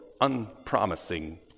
unpromising